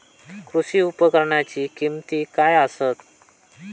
कृषी उपकरणाची किमती काय आसत?